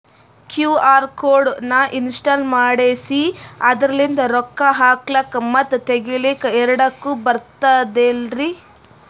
QR code ನ ಇನ್ಸ್ಟಾಲ ಮಾಡೆಸಿ ಅದರ್ಲಿಂದ ರೊಕ್ಕ ಹಾಕ್ಲಕ್ಕ ಮತ್ತ ತಗಿಲಕ ಎರಡುಕ್ಕು ಬರ್ತದಲ್ರಿ?